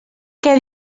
què